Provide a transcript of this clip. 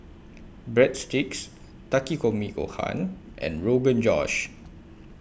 Breadsticks Takikomi Gohan and Rogan Josh